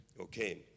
Okay